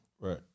Right